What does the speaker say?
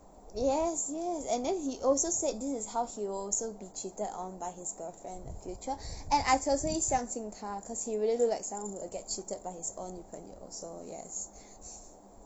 yes yes and then he also said this is how he'll also be cheated on by his girlfriend in the future and I totally 相信他 cause he really look like someone who will get cheated by his own 女朋友 so yes